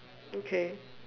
okay